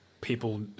people